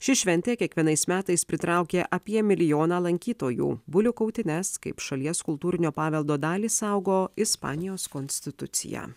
ši šventė kiekvienais metais pritraukia apie milijoną lankytojų bulių kautynes kaip šalies kultūrinio paveldo dalį saugo ispanijos konstitucija